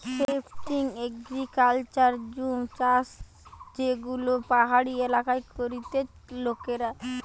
shifting agriculture জুম চাষযেগুলো পাহাড়ি এলাকায় করতিছে লোকেরা